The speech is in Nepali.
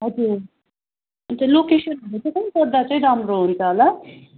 हजुर लोकेसनहरू चाहिँ कहाँ गर्दा चाहिँ राम्रो हुन्छ होला